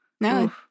No